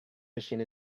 machine